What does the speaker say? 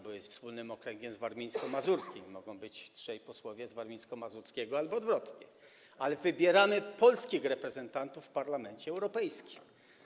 bo jest wspólnym okręgiem z warmińsko-mazurskim, mogą być trzej posłowie z warmińsko-mazurskiego albo odwrotnie - ale wybieramy polskich reprezentantów w Parlamencie Europejskim.